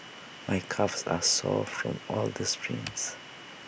my calves are sore from all the sprints